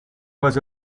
was